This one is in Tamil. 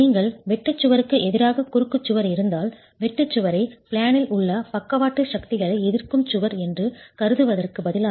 நீங்கள் வெட்டு சுவருக்கு எதிராக குறுக்கு சுவர் இருந்தால் வெட்டு சுவரை பிளேனில் உள்ள பக்கவாட்டு சக்திகளை எதிர்க்கும் சுவர் என்று கருதுவதற்கு பதிலாக